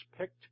picked